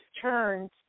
turns